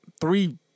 three